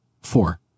Four